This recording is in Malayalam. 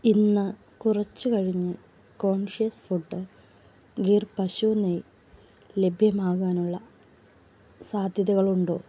ഇന്ന് കുറച്ചു കഴിഞ്ഞ് കോൺഷ്യസ് ഫുഡ് ഗിർ പശു നെയ്യ് ലഭ്യമാകാനുള്ള സാധ്യതകളുണ്ടോ